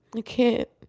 i can't.